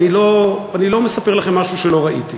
אני לא מספר לכם משהו שלא ראיתי,